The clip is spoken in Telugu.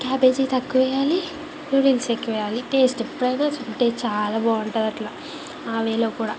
క్యాబేజి తక్కువేయాలి నూడిల్స్ ఎక్కువేయాలి టేస్ట్ ఎప్పుడయినా తింటే చాలా బాగుంటుంది అట్లా ఆ వేలో కూడా